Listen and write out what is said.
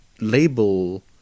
label